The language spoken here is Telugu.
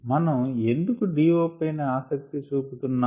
మనం ఎందుకు DO పైన ఆసక్తి చూపుతున్నాం